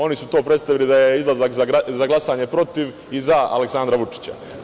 Oni su to predstavili da je izlazak za glasanje protiv i za Aleksandra Vučića.